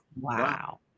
wow